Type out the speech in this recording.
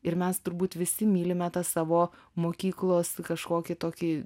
ir mes turbūt visi mylime tą savo mokyklos kažkokį tokį